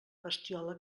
bestiola